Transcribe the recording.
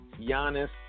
Giannis